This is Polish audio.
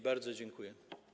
Bardzo dziękuję.